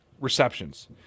receptions